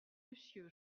monsieur